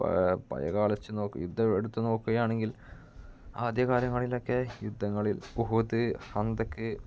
പഴയകാലെച്ച് നോക്ക് യുദ്ധം എടുത്തു നോക്കുകയാണെങ്കിൽ ആദ്യകാലങ്ങളിലൊക്കെ യുദ്ധങ്ങളിൽ ഹൂദി ഹന്തക്ക്